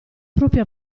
propria